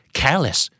careless